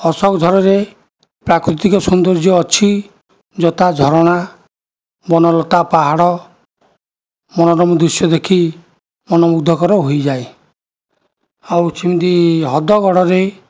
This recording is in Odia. ଅଶୋକ ଝରରେ ପ୍ରାକୃତିକ ସୌନ୍ଦର୍ଯ୍ୟ ଅଛି ଯଥା ଝରଣା ବନଲତା ପାହାଡ଼ ମନୋରମ ଦୃଶ୍ୟ ଦେଖି ମନ ମୁଗ୍ଧକର ହୋଇଯାଏ ଆଉ ସେମିତି ହ୍ରଦଗଡ଼ରେ